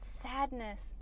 sadness